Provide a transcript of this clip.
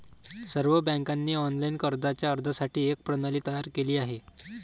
सर्व बँकांनी ऑनलाइन कर्जाच्या अर्जासाठी एक प्रणाली तयार केली आहे